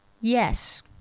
Yes